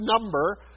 number